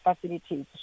facilities